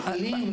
הפליליים.